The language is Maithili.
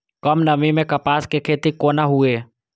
कम नमी मैं कपास के खेती कोना हुऐ?